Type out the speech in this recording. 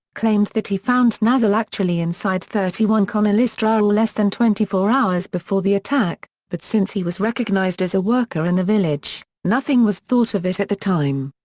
claimed that he found nazzal actually inside thirty one connollystrasse less than twenty four hours before the attack, but since he was recognized as a worker in the village, nothing was thought of it at the time.